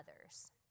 others